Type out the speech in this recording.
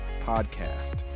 podcast